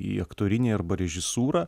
į aktorinį arba režisūrą